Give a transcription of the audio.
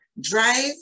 Drive